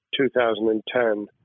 2010